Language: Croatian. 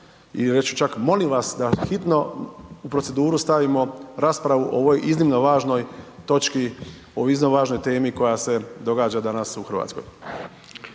i reći ću čak, molim vas, da hitno u proceduru stavimo raspravu o ovoj iznimno važnoj točki o iznimno važnoj temi koja se događa danas u Hrvatskoj.